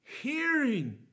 Hearing